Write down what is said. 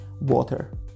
Water